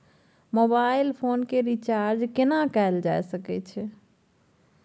Mobile phone के recharge केना कैल जा सकै छै?